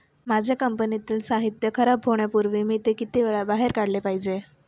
माझ्या कंपनीतील साहित्य खराब होण्यापूर्वी मी ते किती वेळा बाहेर काढले पाहिजे?